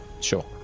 sure